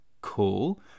cool